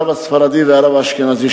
הרב האשכנזי והרב הספרדי,